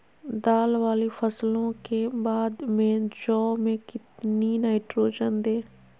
दाल वाली फसलों के बाद में जौ में कितनी नाइट्रोजन दें?